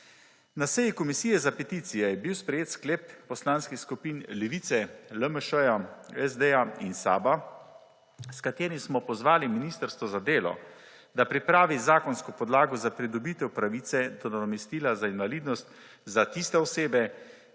Na seji Komisije za peticije je bil sprejet sklep poslanskih skupin Levica, LMŠ, SD in SAB, s katerim smo pozvali ministrstvo za delo, da pripravi zakonsko podlago za pridobitev pravice do nadomestila za invalidnost za tiste osebe,